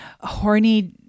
horny